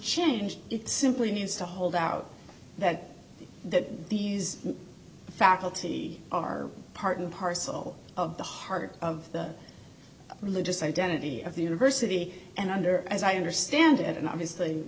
change it simply needs to hold out that that these faculty are part and parcel of the heart of the religious identity of the university and under as i understand it and obviously